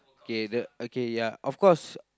okay the okay ya of course